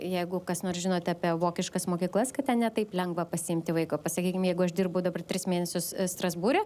jeigu kas nors žinote apie vokiškas mokyklas kad ten ne taip lengva pasiimti vaiką sakykim jeigu aš dirbu dabar tris mėnesius strasbūre